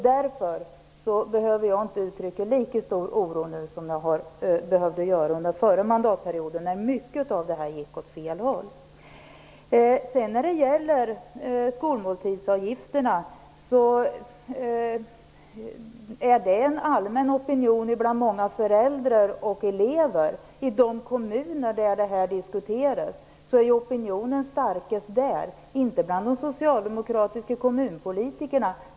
Jag behöver därför inte uttrycka lika stor oro nu som jag behövde göra under den förra mandatperioden, när många saker gick åt fel håll. Den finns en allmän opinion bland många föräldrar och elever mot skolmåltidsavgifterna i de kommuner där detta diskuteras. Det är där som opinionen är starkast, inte bland de socialdemokratiska kommunpolitikerna.